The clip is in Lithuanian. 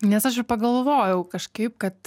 nes aš ir pagalvojau kažkaip kad